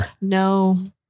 No